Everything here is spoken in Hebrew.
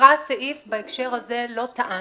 הוקרא סעיף, בהקשר הזה לא טענו,